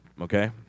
okay